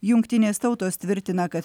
jungtinės tautos tvirtina kad